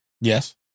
Yes